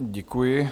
Děkuji.